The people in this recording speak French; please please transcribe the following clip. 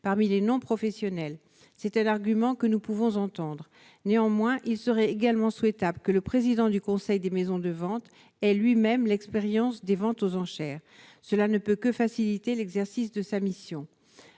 parmi les non-professionnels, c'était l'argument que nous pouvons entendre, néanmoins, il serait également souhaitable que le président du Conseil des maisons de vente et lui-même l'expérience des ventes aux enchères, cela ne peut que faciliter l'exercice de sa mission,